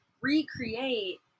recreate